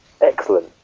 Excellent